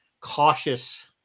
cautious